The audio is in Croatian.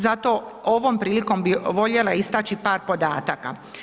Zato ovom prilikom bih voljela istaći par podataka.